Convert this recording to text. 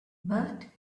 but